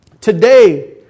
Today